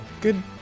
good